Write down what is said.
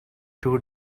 two